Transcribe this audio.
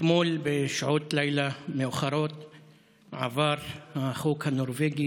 אתמול בשעות לילה מאוחרות עבר החוק הנורבגי,